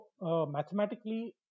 mathematically